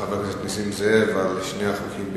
חבר הכנסת נסים זאב על שני החוקים ביחד,